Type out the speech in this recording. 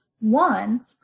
One